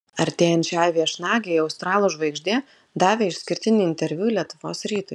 artėjant šiai viešnagei australų žvaigždė davė išskirtinį interviu lietuvos rytui